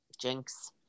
Jinx